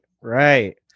Right